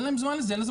אין להם זמן לזה.